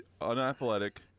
unathletic